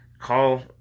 call